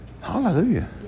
Hallelujah